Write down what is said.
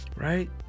Right